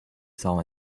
saw